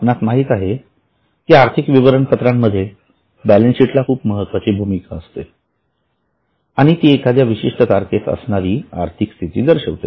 आपणास माहित आहे की आर्थिक विवरणपत्रांमध्ये बॅलन्सशीटला खूप महत्वाची भूमिका असते आणि ती एखाद्या विशिष्ट तारखेस असणारी आर्थिक स्थिती दर्शवते